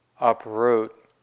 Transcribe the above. uproot